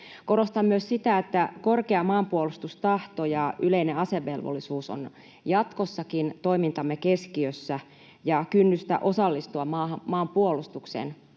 Korostan myös sitä, että korkea maanpuolustustahto ja yleinen asevelvollisuus ovat jatkossakin toimintamme keskiössä, ja kynnystä osallistua maan puolustukseen